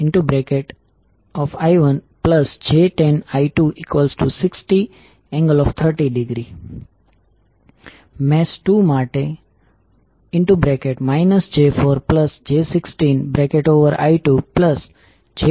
અહીં આ આકૃતિ ની સહાયથી આ કોન્સેપ્ટ ને સમજીએ જો તમે કરંટ i1 જુઓ તો ડોટ માં પ્રવેશ કરી રહ્યો છે